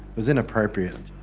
was inappropriate.